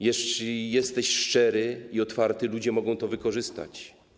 Jeśli jesteś szczery i otwarty, ludzie mogą to wykorzystać.